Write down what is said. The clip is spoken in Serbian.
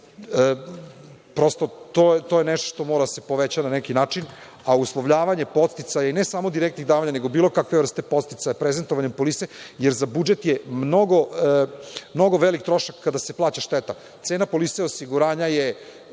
to je nešto što mora da se poveća na neki način, a uslovljavanje, podsticaji i ne samo direktnih davanja nego bilo kakve vrste podsticaja, prezentovanjem polise, jer za budžet je mnogo veliki trošak kada se plaća šteta. Cena polise osiguranja je